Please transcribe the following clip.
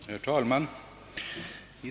Herr talman!